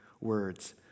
words